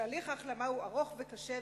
תהליך ההחלמה הוא ארוך וקשה,